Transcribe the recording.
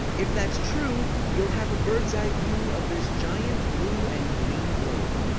if that's true, you'll have a bird's-eye view of this giant blue and green globe.